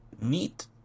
Neat